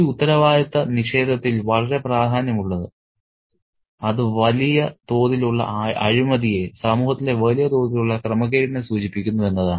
ഈ ഉത്തരവാദിത്ത നിഷേധത്തിൽ വളരെ പ്രാധാന്യമുള്ളത് അത് വലിയ തോതിലുള്ള അഴിമതിയെ സമൂഹത്തിലെ വലിയ തോതിലുള്ള ക്രമക്കേടിനെ സൂചിപ്പിക്കുന്നു എന്നതാണ്